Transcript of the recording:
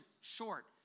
short